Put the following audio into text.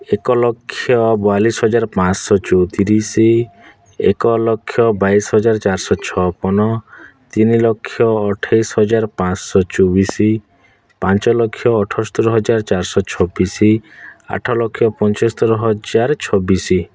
ଏକ ଲକ୍ଷ ବୟାଳିଶି ହଜାର ପାଞ୍ଚ ଶହ ଚଉତିରିଶି ଏକ ଲକ୍ଷ ବାଇଶି ହଜାର ଚାରି ଶହ ଛପନ ତିନି ଲକ୍ଷ ଅଠେଇଶି ହଜାର ପାଞ୍ଚ ଶହ ଚବିଶି ପାଞ୍ଚ ଲକ୍ଷ ଅଠସ୍ତରୀ ହଜାର ଚାରି ଶହ ଛବିଶି ଆଠ ଲକ୍ଷ ପଞ୍ଚସ୍ତରୀ ହଜାର ଛବିଶି